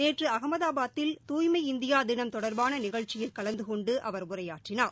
நேற்று அகமதாபாத்தில் தூய்மை இந்தியா தினம் தொடர்பான நிகழ்ச்சியில் கலந்து கொண்டு அவர் உரையாற்றினார்